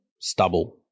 stubble